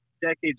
decades